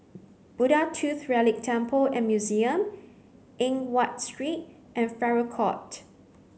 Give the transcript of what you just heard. Buddha Tooth Relic Temple and Museum Eng Watt Street and Farrer Court